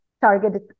targeted